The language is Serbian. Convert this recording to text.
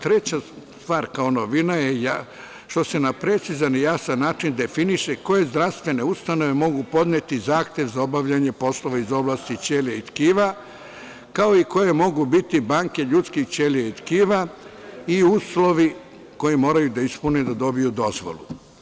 Treća stvar kao novina je što se na precizan i jasan način definiše koje zdravstvene ustanove mogu podneti zahtev za obavljanje poslova iz oblasti ćelija i tkiva, kao i koje mogu biti banke ljudskih ćelija i tkiva i uslovi koje moraju da ispune da dobiju dozvolu.